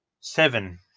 seven